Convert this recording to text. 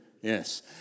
Yes